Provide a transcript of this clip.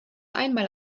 einmal